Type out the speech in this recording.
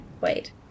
Wait